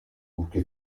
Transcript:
purché